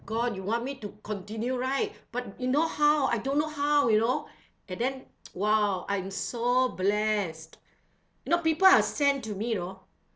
god you want me to continue right but you know how I don't know how you know and then !wow! I'm so blessed you know people are sent to me you know